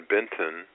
Benton